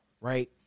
right